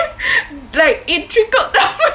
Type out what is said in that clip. like it trickled down eh